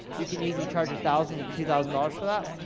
you can easily charge thousand and two thousand dollars for that.